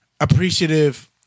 appreciative